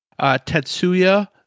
Tetsuya